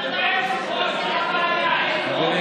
אדוני היושב-ראש, מה הבעיה, אין רוב?